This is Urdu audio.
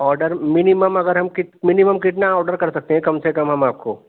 آرڈر منیمم اگر ہم منیمم کتنا آرڈر کر سکتے ہیں کم سے کم ہم آپ کو